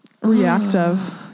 reactive